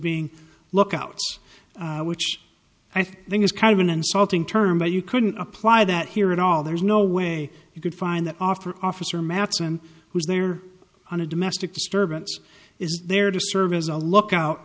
being lookouts which i think is kind of an insulting term but you couldn't apply that here at all there's no way you could find that offer officer madsen who's there on a domestic disturbance is there to serve as a lookout